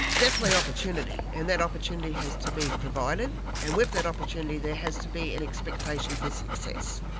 definitely opportunity, and that opportunity has to be provided. and with that opportunity there has to be an expectation for success.